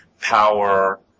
power